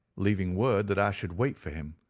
leaving word that i should wait for him.